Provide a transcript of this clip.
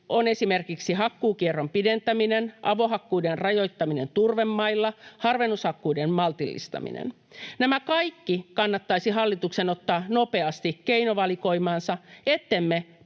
ovat esimerkiksi hakkuukierron pidentäminen, avohakkuiden rajoittaminen turvemailla, harvennushakkuiden maltillistaminen. Nä-mä kaikki kannattaisi hallituksen ottaa nopeasti keinovalikoimaansa,